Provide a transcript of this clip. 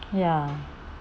ya